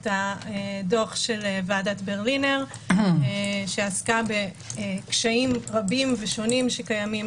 את הדוח של ועדת ברלינר שעסקה בקשיים רבים ושונים שקיימים